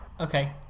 Okay